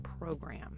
program